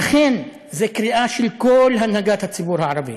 לכן, זאת קריאה של כל הנהגת הציבור הערבי: